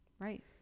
right